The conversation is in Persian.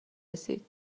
رسید